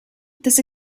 this